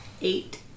Eight